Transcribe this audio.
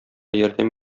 ярдәм